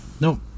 No